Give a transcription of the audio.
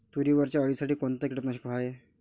तुरीवरच्या अळीसाठी कोनतं कीटकनाशक हाये?